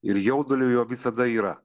ir jaudulio jo visada yra